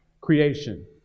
creation